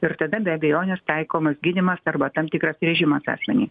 ir tada be abejonės taikomas gydymas arba tam tikras režimas asmeniui